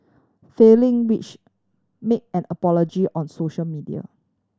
failing which make an apology on social media